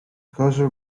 cursor